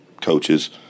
coaches